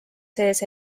sees